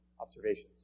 observations